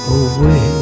away